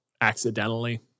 accidentally